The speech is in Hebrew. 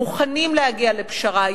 מוכנים להגיע לפשרה,